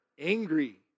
angry